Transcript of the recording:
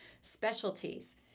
specialties